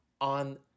on